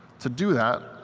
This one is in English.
to do that,